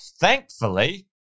thankfully